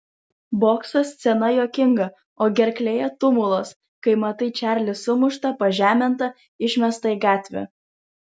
bokso scena juokinga o gerklėje tumulas kai matai čarlį sumuštą pažemintą išmestą į gatvę